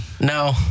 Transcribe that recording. No